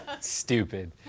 Stupid